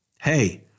Hey